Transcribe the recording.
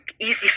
easy